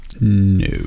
No